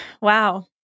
Wow